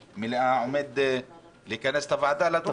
למליאה עומד לכנס את הוועדה לדון בזה.